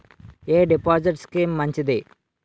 ఎ deposit scheme మంచిది?